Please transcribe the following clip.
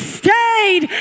stayed